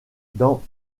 dans